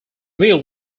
meal